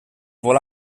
vol